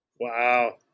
Wow